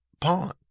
pawn